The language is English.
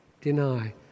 deny